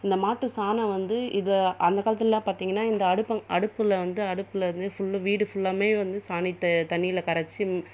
இந்த மாட்டு சாணம் வந்து இது அந்த காலத்தில் எல்லாம் பார்த்தீங்கன்னா இந்த அடுப்பு அடுப்பில் வந்து அடுப்பில் வந்து ஃபுல்லாக வீடு ஃபுல்லாமே வந்து சாணி த தண்ணியில் கரைச்சு